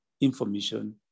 information